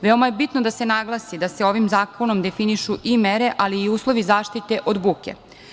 Veoma je bitno da se naglasi da se ovim zakonom definišu i mere ali i uslovi zaštite od buke.